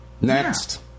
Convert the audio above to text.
Next